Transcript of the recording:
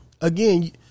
again